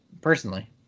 personally